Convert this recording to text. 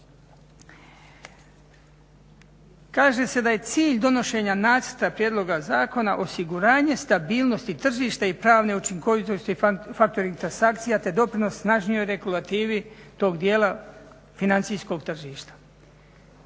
Kaže se da je cilj donošenja nacrta prijedloga zakona osiguranje stabilnosti tržišta i pravne učinkovitosti factoring transakcija te doprinos snažnijoj regulativi tog dijela financijskog tržišta.